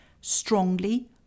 strongly